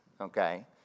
okay